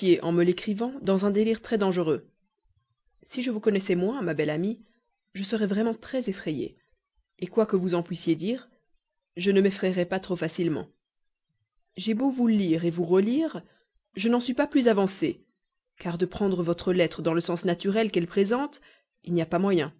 en me l'écrivant dans un délire très dangereux si je vous connaissais moins ma belle amie je serais vraiment très effrayé quoi que vous en puissiez dire je ne m'effraierais pas trop facilement j'ai beau vous lire vous relire je n'en suis pas plus avancé car de prendre votre lettre dans le sens naturel qu'elle présente il n'y a pas moyen